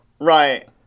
Right